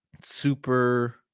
super